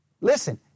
Listen